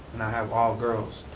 and i have all girls,